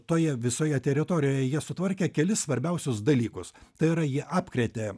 toje visoje teritorijoje jie sutvarkė kelis svarbiausius dalykus tai yra jie apkrėtė